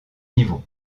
niveau